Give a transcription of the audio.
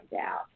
out